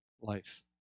life